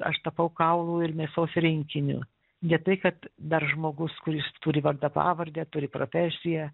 aš tapau kaulų ir mėsos rinkiniu ne tai kad dar žmogus kuris turi vardą pavardę turi profesiją